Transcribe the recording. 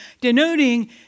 denoting